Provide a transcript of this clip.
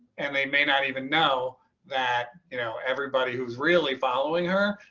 and they may not even know that you know everybody who's really following her.